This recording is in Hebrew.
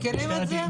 מכירים את זה?